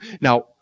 Now